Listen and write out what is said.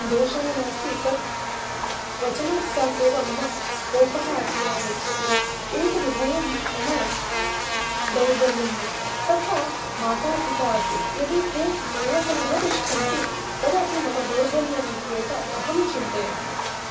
दोषः नास्ति तत् वचनात् प्राक् एव मम कोपः अपि आगच्छति एतदुभयं मम दौर्बल्यम् अस्ति तथा माता पिता अपि यदि ते मया सह न तिष्ठन्ति तदापि मम दौर्बल्यमित्येव अहं चिन्तयामि